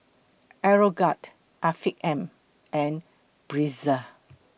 Aeroguard Afiq M and Breezer